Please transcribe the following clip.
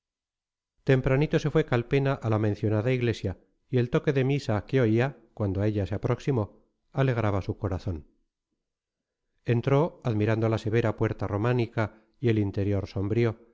tempranito se fue calpena a la mencionada iglesia y el toque de misa que oía cuando a ella se aproximó alegraba su corazón entró admirando la severa puerta románica y el interior sombrío